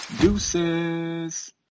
Deuces